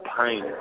pain